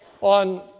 on